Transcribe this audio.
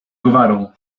gwarą